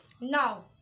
Now